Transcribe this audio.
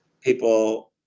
People